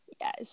Yes